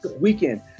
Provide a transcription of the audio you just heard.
weekend